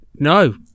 no